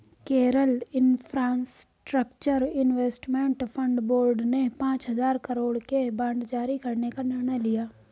Kerala infrastructure investment fund board ने पांच हजार करोड़ के बांड जारी करने का निर्णय लिया